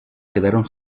quedaron